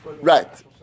right